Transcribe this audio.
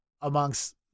amongst